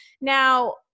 now